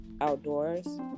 outdoors